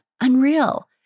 unreal